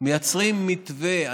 מייצרים מתווה,